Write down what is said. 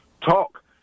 talk